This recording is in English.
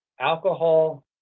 alcohol